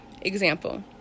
example